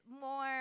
more